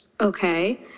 Okay